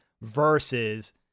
versus